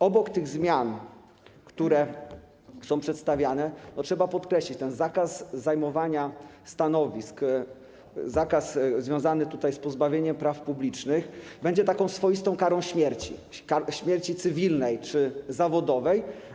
Obok tych zmian, które są przedstawiane, trzeba podkreślić zakaz zajmowania stanowisk, zakaz związany z pozbawieniem praw publicznych, który będzie taką swoistą karą śmierci, śmierci cywilnej czy zawodowej.